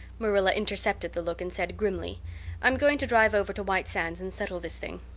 marilla intercepted the look and said grimly i'm going to drive over to white sands and settle this thing.